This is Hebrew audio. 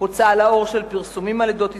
הוצאה לאור של פרסומים על עדות ישראל,